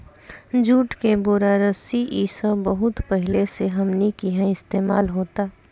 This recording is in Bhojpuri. जुट के बोरा, रस्सी इ सब बहुत पहिले से हमनी किहा इस्तेमाल होता